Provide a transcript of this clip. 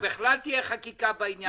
אז בכלל תהיה חקיקה בעניין.